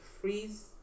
freeze